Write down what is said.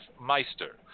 Meister